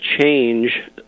change